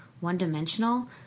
one-dimensional